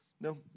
No